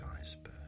iceberg